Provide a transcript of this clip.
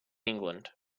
england